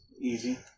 easy